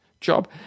job